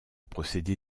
procédé